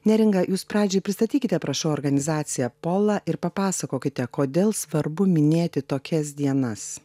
neringa jūs pradžioj pristatykite prašau organizaciją pola ir papasakokite kodėl svarbu minėti tokias dienas